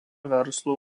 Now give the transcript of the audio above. verslo